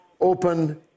open